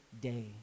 day